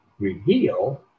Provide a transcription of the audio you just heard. reveal